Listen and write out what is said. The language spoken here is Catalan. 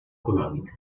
econòmica